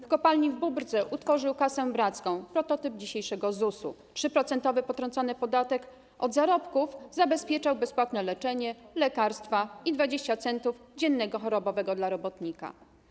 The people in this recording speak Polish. W kopalni w Bóbrce utworzył kasę bracką, prototyp dzisiejszego ZUS-u, 3-procentowy potrącony podatek od zarobków zabezpieczał bezpłatne leczenie, lekarstwa i było 20 centów dziennego chorobowego dla robotnika.